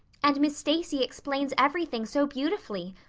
and miss stacy explains everything so beautifully.